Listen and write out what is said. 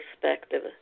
perspective